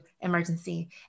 emergency